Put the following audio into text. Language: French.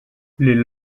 les